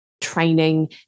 training